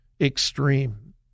extreme